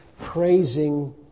Praising